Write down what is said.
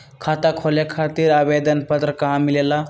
खाता खोले खातीर आवेदन पत्र कहा मिलेला?